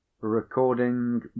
Recording